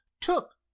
took